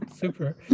Super